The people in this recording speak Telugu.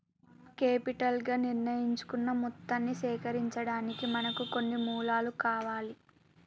కేపిటల్ గా నిర్ణయించుకున్న మొత్తాన్ని సేకరించడానికి మనకు కొన్ని మూలాలు కావాలి